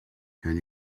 can